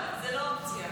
זו לא אופציה.